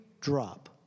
drop